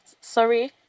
sorry